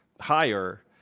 higher